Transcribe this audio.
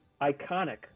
Iconic